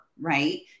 right